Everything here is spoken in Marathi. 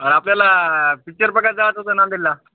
अ आपल्याला पिच्चर बघायला जायचं होतं नांदेडला